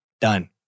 done